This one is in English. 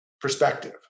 perspective